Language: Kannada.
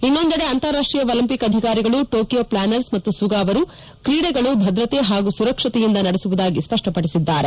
ಇನ್ನೊಂದೆಡೆ ಅಂತಾರಾಷ್ಷೀಯ ಒಲಿಂಪಿಕ್ ಅಧಿಕಾರಿಗಳು ಟೋಕಿಯೋ ಪ್ಲಾನರ್ಸ್ ಮತ್ತು ಸುಗಾ ಅವರು ಕ್ರೀಡೆಗಳು ಭದ್ರತೆ ಹಾಗೂ ಸುರಕ್ಷತೆಯಿಂದ ನಡೆಸುವುದಾಗಿ ಸ್ಪಷ್ಪಪಡಿಸಿದ್ದಾರೆ